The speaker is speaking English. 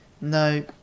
No